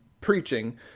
preaching